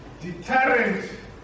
deterrent